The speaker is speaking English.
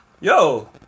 yo